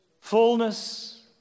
fullness